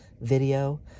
video